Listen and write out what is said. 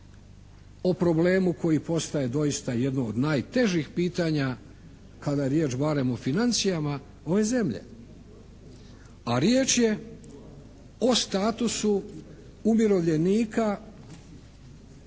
o problemu koji postaje doista jedno od najtežih pitanja kada je riječ barem o financijama ove zemlje. A riječ je o statusu umirovljenika